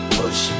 push